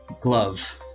Glove